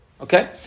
Okay